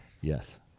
Yes